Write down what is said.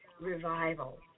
revival